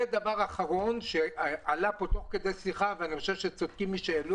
ודבר אחרון שעלה פה תוך כדי שיחה ואני חושב שצודקים מי שהעלו